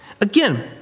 Again